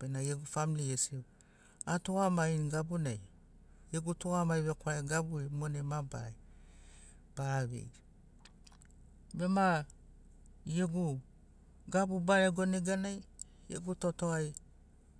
bena gegu famly gesi atugamagini gabunai gegu tugamagi vekwaragi gaburi monai mabarari bara vei bema gegu gabu barego neganai gegu totogai